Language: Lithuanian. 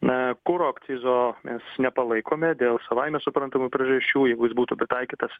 kuro akcizo mes nepalaikome dėl savaime suprantamų priežasčių jeigu jis būtų pritaikytas